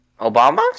Obama